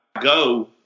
go